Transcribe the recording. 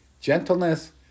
gentleness